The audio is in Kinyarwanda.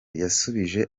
yasubije